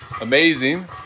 amazing